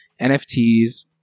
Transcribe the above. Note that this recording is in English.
NFTs